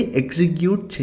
execute